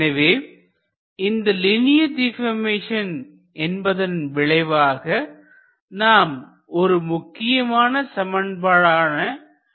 எனவே இந்த linear deformation என்பதன் விளைவாக நாம் ஒரு முக்கியமான சமன்பாடான கண்டினூட்டி இக்வேசன் என்பது கிடைத்தது